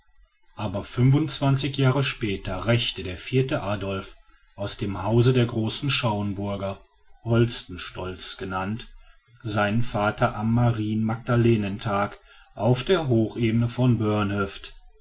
aber fünfundzwanzig jahre später rächte der vierte adolf aus dem hause der großen schauenburger holstenstolz genannt seinen vater am marien magdalenentag auf der hochebene von